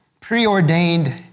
preordained